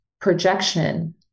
projection